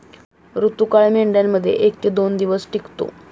ऋतुकाळ मेंढ्यांमध्ये एक ते दोन दिवस टिकतो